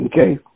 Okay